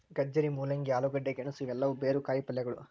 ಗಜ್ಜರಿ, ಮೂಲಂಗಿ, ಆಲೂಗಡ್ಡೆ, ಗೆಣಸು ಇವೆಲ್ಲವೂ ಬೇರು ಕಾಯಿಪಲ್ಯಗಳು